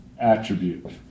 attribute